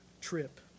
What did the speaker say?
trip